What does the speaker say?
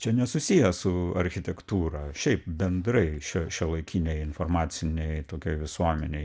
čia nesusiję su architektūra šiaip bendrai šiuo šiuolaikinėj informacinėj tokioj visuomenėj